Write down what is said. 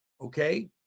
Okay